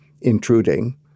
intruding